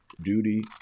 duty